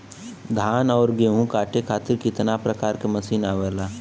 धान और गेहूँ कांटे खातीर कितना प्रकार के मशीन आवेला?